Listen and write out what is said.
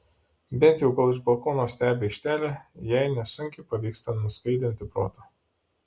bent jau kol iš balkono stebi aikštelę jai nesunkiai pavyksta nuskaidrinti protą